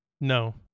No